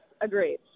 agreed